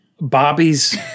Bobby's